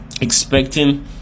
expecting